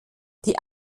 die